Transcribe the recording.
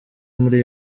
muri